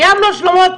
סיימנו השלמות,